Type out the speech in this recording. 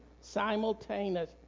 simultaneous